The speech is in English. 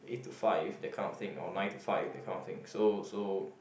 eight to five that counting or nine to five that counting so so